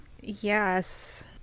Yes